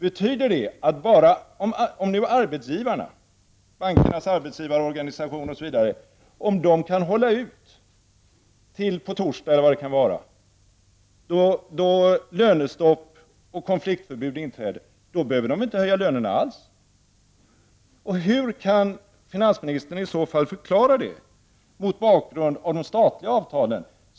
Betyder detta att om bankernas arbetsgivarorganisation kan hålla ut till dess konfliktförbudet inträder, behöver man inte höja lönerna alls? Hur kan finansministern i så fall förklara detta mot bakgrund av de statliga avtalen?